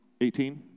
18